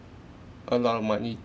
a lot of money